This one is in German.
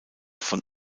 von